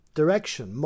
direction